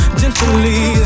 gently